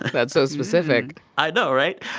that's so specific i know, right?